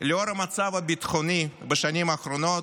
לאור המצב הביטחוני בשנים האחרונות,